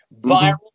viral